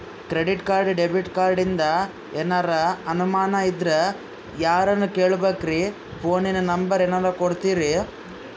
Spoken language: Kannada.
ಕ್ರೆಡಿಟ್ ಕಾರ್ಡ, ಡೆಬಿಟ ಕಾರ್ಡಿಂದ ಏನರ ಅನಮಾನ ಇದ್ರ ಯಾರನ್ ಕೇಳಬೇಕ್ರೀ, ಫೋನಿನ ನಂಬರ ಏನರ ಕೊಡ್ತೀರಿ?